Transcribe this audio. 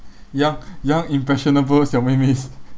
young young impressionable xiao mei meis